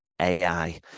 AI